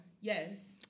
Yes